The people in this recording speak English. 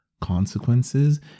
consequences